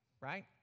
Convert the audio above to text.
right